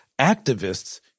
activists